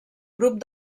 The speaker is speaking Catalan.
grup